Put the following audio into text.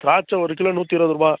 திராட்சை ஒரு கிலோ நூற்றி இருபது ரூபா